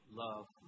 love